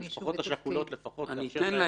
שהמשפחות השכולות לפחות לאפשר להן --- אני אתן להן.